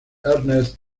ernest